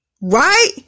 Right